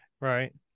right